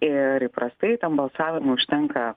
ir įprastai tam balsavimui užtenka